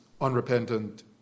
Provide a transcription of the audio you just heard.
unrepentant